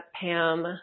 Pam